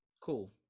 Cool